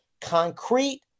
concrete